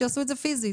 שיעשו את זה פיזית.